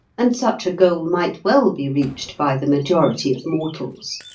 and such a goal might well be reached by the majority of mortals.